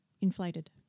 inflated